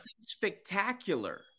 spectacular